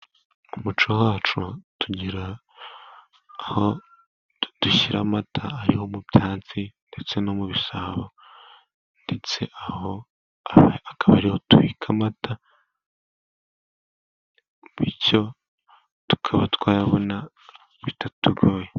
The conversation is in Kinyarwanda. Umuco wacu tugira aho tudashyira amata ariho mu byansi ndetse no mu bisabo, ndetse aho akaba ari tubikamata bityo tukaba twayabona bitatugoye.